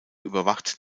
überwacht